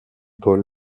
paul